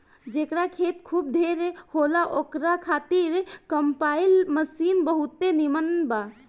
जेकरा खेत खूब ढेर होला ओकरा खातिर कम्पाईन मशीन बहुते नीमन बा